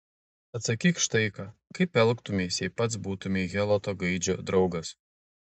atsakyk štai ką kaip elgtumeisi jei pats būtumei heloto gaidžio draugas